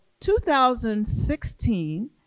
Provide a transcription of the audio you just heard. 2016